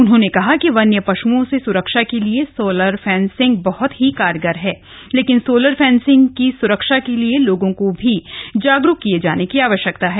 उन्होंने कहा कि वन्य पशुओं से सुरक्षा के लिए सोलर फेंसिंग बहत ही कारगर है लेकिन सोलर फेंसिंग की सुरक्षा के लिए लोगों को भी जागरूक किए जाने की आवश्यकता है